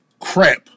crap